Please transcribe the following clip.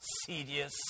serious